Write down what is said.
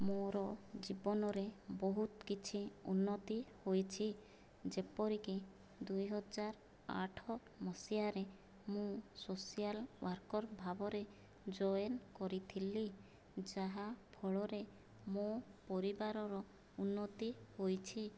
ମୋର ଜୀବନରେ ବହୁତ କିଛି ଉନ୍ନତି ହୋଇଛି ଯେପରିକି ଦୁଇହଜାର ଆଠ ମସିହାରେ ମୁଁ ସୋସିଆଲ ୱାର୍କର ଭାବରେ ଜଏନ୍ କରିଥିଲି ଯାହାଫଳରେ ମୋ ପରିବାରର ଉନ୍ନତି ହୋଇଛି